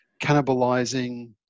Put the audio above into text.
cannibalizing